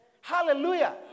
Hallelujah